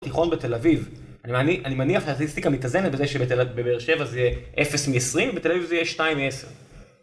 תיכון בתל אביב, אני מניח שהסטטיסטיקה מתאזנת בזה שבבאר שבע זה יהיה 0 מ-20 ובתל אביב זה יהיה 2 מ-10.